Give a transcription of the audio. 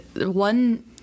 one